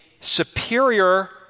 superior